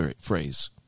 phrase